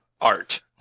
art